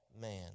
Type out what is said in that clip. man